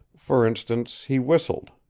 for instance, he whistled.